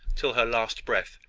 till her last breath,